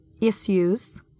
issues